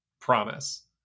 Promise